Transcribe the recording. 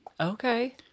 Okay